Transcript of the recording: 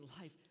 life